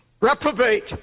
reprobate